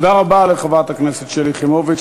תודה רבה לחברת הכנסת שלי יחימוביץ.